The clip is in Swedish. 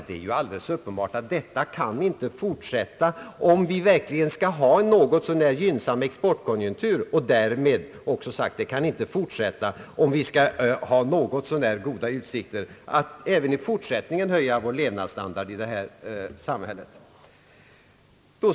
Det är ju alldeles uppenbart att detta inte kan fortsätta, om vi verkligen skall ha en något så när gynnsam exportkonjunktur och därmed något så när goda ut sikter att även i fortsättningen höja vår levnadsstandard i detta land.